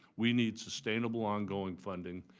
we need sustainable, ongoing funding,